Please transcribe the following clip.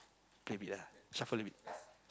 play a bit ah shuffle a bit